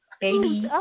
baby